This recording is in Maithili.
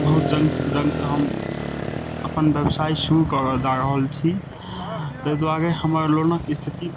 बहुत जल्द सऽ जल्द हम अपन व्यवसाय शुरू कऽ दए रहल छी ताहि दुआरे हमर लोनक स्थिति